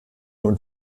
und